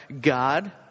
God